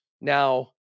Now